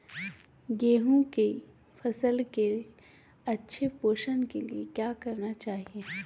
गेंहू की फसल के अच्छे पोषण के लिए क्या करना चाहिए?